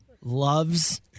loves